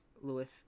Lewis